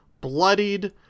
bloodied